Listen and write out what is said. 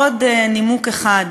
עוד נימוק אחד,